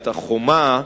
את החומה.